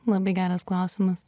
labai geras klausimas